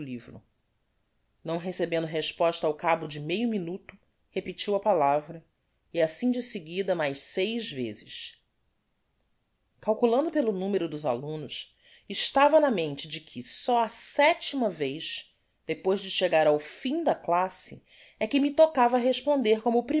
livro não recebendo resposta ao cabo de meio minuto repetiu a palavra e assim de seguida mais seis vezes calculando pelo numero dos alumnos estava na mente de que só á setima vez depois de chegar ao fim da classe é que me tocava responder como